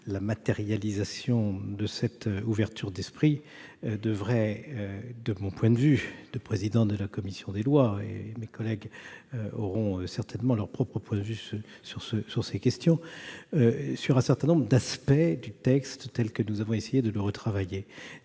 la matérialisation de cette ouverture d'esprit, de mon point de vue de président de la commission des lois, et mes collègues auront certainement leur propre opinion en l'espèce, devrait porter sur un certain nombre de points du texte tel que nous avons essayé de le retravailler.